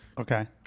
Okay